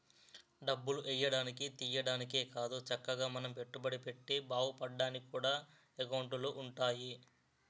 డబ్బులు ఎయ్యడానికి, తియ్యడానికే కాదు చక్కగా మనం పెట్టుబడి పెట్టి బావుపడ్డానికి కూడా ఎకౌంటులు ఉంటాయి